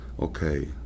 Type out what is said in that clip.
okay